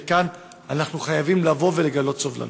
וכאן אנחנו חייבים לגלות סובלנות.